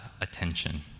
attention